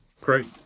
great